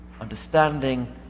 understanding